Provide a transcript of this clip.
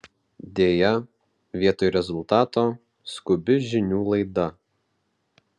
deja vietoj rezultato skubi žinių laida